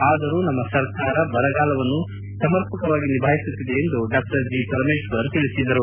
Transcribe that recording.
ಆದರೂ ನಮ್ಮ ಸರಕಾರ ಬರಗಾಲವನ್ನು ಸಮರ್ಪಕವಾಗಿ ನಿಭಾಯಿಸುತ್ತಿದೆ ಎಂದು ಹೇಳಿದರು